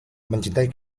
mencintai